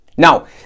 Now